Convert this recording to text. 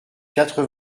quatre